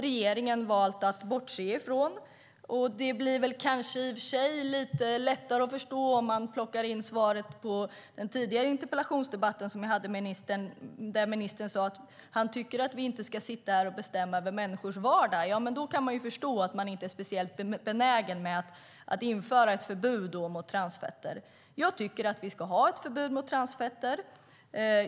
Regeringen har valt att bortse från det. Det blir kanske lite lättare att förstå om man plockar in svaret som lämnades i den tidigare interpellationsdebatten som jag hade med ministern, där ministern sade att han inte tycker att vi ska bestämma över människors vardag. Då kan man ju förstå att man inte är speciellt benägen att införa ett förbud mot transfetter. Jag tycker att vi ska ha ett förbud mot transfetter.